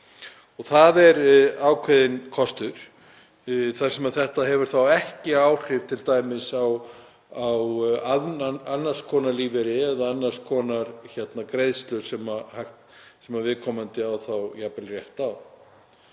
Það er ákveðinn kostur þar sem þetta hefur þá ekki áhrif t.d. á annars konar lífeyri eða annars konar greiðslur sem viðkomandi á þá jafnvel rétt á.